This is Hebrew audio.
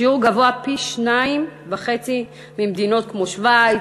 שיעור גבוה פי-שניים-וחצי מבמדינות כמו שווייץ,